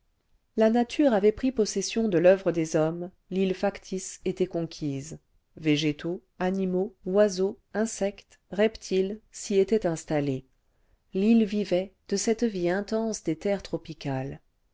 la nature avait pris possession de l'oeuvre des hommes l'île factice était conquise végétaux animaux oiseaux insectes reptiles s'y étaient installés l'île vivait de cette vie intense des terres tropicales